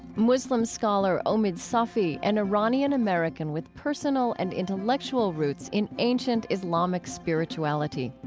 muslim scholar, omid safi, an iranian american with personal and intellectual roots in ancient islamic spirituality.